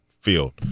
field